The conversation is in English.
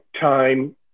time